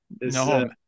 no